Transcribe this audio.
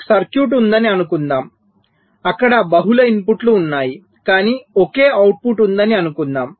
మీకు సర్క్యూట్ ఉందని అనుకుందాం అక్కడ బహుళ ఇన్పుట్లు ఉన్నాయి కానీ ఒకే అవుట్పుట్ ఉందని అనుకుందాం